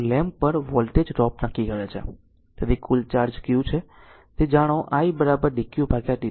તેથી કુલ charge q છે તે જાણો i dq dt